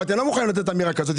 אבל אתם לא מוכנים לתת אמירה כזאת,